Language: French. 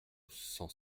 cent